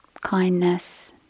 kindness